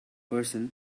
person